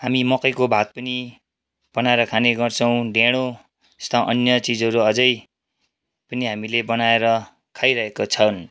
हामी मकैको भात पनि बनाएर खाने गर्छौँ ढेँडो यस्ता अन्य चिजहरू अझै पनि हामीले बनाएर खाइरहेको छौँ